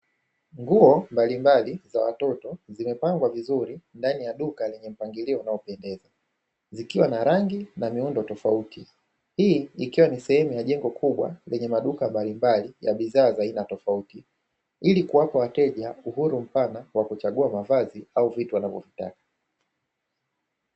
Nguo mbalimbali za watoto zimepangwa vizuri ndani ya duka lenye mpangilio unaopendeza zikiwa na rangi na miundo tofauti. Hii ni sehemu ikiwa ya jengo kubwa lenye maduka mbalimbali ya bidhaa za aina tofauti, ilikuwapa wateja uhuru mpana wa kuchagua mavazi au vitu wanavyovitaka.